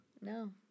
No